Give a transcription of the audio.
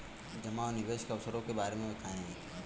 जमा और निवेश के अवसरों के बारे में बताएँ?